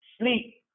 sleep